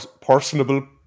personable